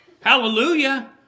Hallelujah